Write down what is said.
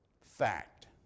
Fact